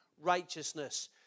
righteousness